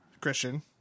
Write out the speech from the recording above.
christian